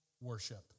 worship